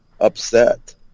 upset